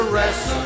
rest